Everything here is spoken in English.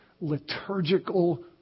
liturgical